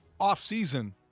offseason